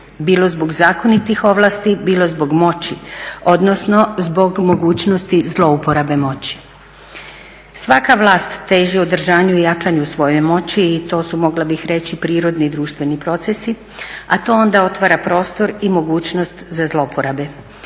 bilo zbog zakonitih ovlasti, bilo zbog moći, odnosno zbog mogućnosti zlouporabe moći. Svaka vlast teži održanju i jačanju svoje moći i to su mogla bih reći prirodni društveni procesi, a to onda otvara prostor i mogućnost za zlouporabe